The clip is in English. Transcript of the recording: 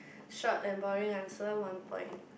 short and boring answer one point